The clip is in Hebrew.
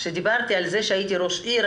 כשדיברתי על זה שהייתי ראש עירייה,